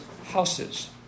Houses